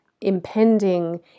impending